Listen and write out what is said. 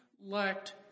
lacked